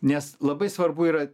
nes labai svarbu yra